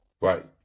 Right